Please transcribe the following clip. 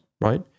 right